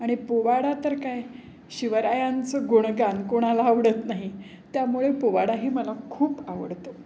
आणि पोवाडा तर काय शिवरायांचं गुणगान कोणाला आवडत नाही त्यामुळे पोवाडाही मला खूप आवडतो